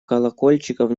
колокольчиков